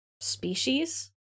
species